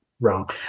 Wrong